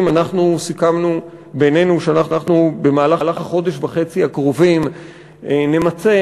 אנחנו סיכמנו בינינו שבמהלך החודש וחצי הקרובים נמצה